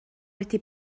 wedi